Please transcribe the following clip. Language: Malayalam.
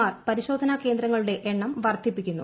ആർ പരിശോധനാ കേന്ദ്രങ്ങളുടെ എണ്ണം വർദ്ധിപ്പിക്കുന്നു